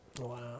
Wow